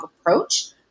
approach